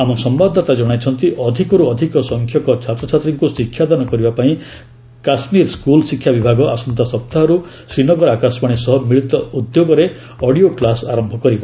ଆମ ସମ୍ଭାଦଦାତା ଜଣାଇଛନ୍ତି ଅଧିକର୍ତ୍ ଅଧିକ ସଂଖ୍ୟକ ଛାତ୍ରଛାତ୍ରୀଙ୍କ ଶିକ୍ଷାଦାନ କରିବା ପାଇଁ କାଶ୍ରୀର ସ୍କ୍ରଲ ଶିକ୍ଷା ବିଭାଗ ଆସନ୍ତା ସପ୍ତାହର୍ ଶ୍ରୀନଗର ଆକାଶବାଣୀ ସହ ମିଳିତ ଉଦ୍ୟୋଗରେ ଅଡିଓକ୍ଲାସ ଆରମ୍ଭ କରିବ